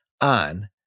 on